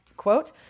Quote